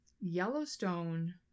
Yellowstone